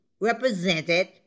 represented